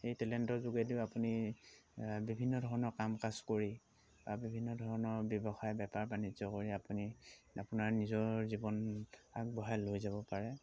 এই টেলেণ্টৰ যোগেদিও আপুনি বিভিন্ন ধৰণৰ কাম কাজ কৰি বা বিভিন্ন ধৰণৰ ব্যৱসায় বেপাৰ বাণিজ্য কৰি আপুনি আপোনাৰ নিজৰ জীৱন আগবঢ়াই লৈ যাব পাৰে